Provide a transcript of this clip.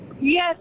Yes